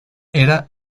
era